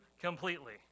completely